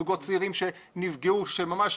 זוגות צעירים שנפגעו שממש